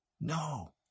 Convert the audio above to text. no